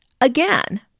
again